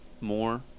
more